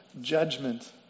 judgment